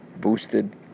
boosted